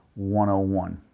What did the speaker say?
101